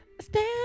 Stand